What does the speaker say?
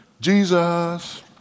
Jesus